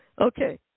okay